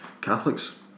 Catholics